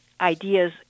ideas